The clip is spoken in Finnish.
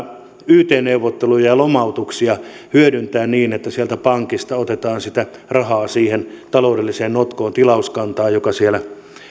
yt neuvotteluja ja lomautuksia hyödyntää niin että sieltä pankista otetaan sitä rahaa siihen taloudelliseen notkoon tilauskannassa joka siellä